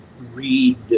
read